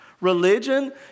Religion